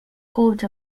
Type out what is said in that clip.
coat